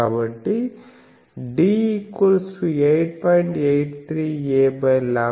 కాబట్టి D8